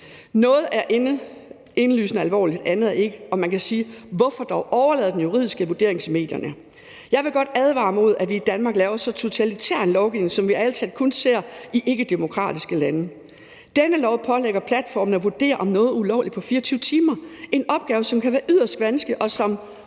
Noget er indlysende alvorligt, andet er ikke, og man kan sige: Hvorfor dog overlade den juridiske vurdering til medierne? Jeg vil godt advare mod, at vi i Danmark laver så totalitær en lovgivning, som vi ærlig talt kun ser i ikkedemokratiske lande. Denne lov pålægger platformene at vurdere om noget er ulovligt – på 24 timer! Og det er en opgave, som kan være yderst vanskelig og som